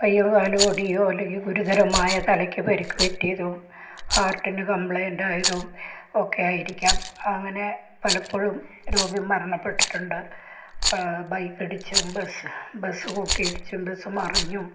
കയ്യും കാലും ഒടിയുകയോ അല്ലെങ്കിൽ ഗുരുതരമായ തലയ്ക്ക് പരിക്ക് പറ്റിയതും ഹാർട്ടിന് കമ്പ്ലൈന്റ് ആയതും ഒക്കെ ആയിരിക്കാം അങ്ങനെ പലപ്പോഴും രോഗി മരണപ്പെട്ടിട്ടുണ്ട് ബൈക്ക് ഇടിച്ചും ബസ് ബസ് കൂട്ടിയിടിച്ചും ബസ് മറിഞ്ഞും